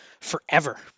forever